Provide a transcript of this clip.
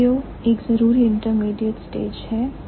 SVO एक जरूरी intermediate stage है V initial orders के लिए